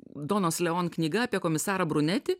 donos leon knyga apie komisarą bruneti